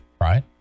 right